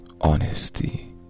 honesty